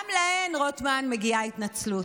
גם להן, רוטמן, מגיעה התנצלות.